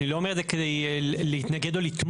אני לא אומר את זה כדי להתנגד או לתמוך,